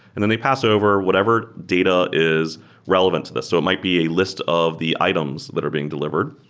and then they pass over whatever data is relevant to this. so it might be a list of the items that are being delivered,